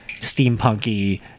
steampunky